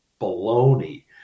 baloney